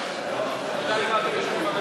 מתי נשמע את תשובת הממשלה?